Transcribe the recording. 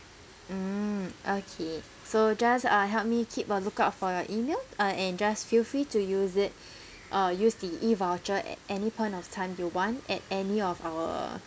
mm okay so just uh help me keep a lookout for your email uh and just feel free to use it uh use the E voucher at any point of time you want at any of our